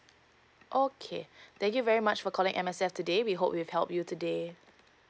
okay thank you very much for calling M_S_F today we hope we've helped you today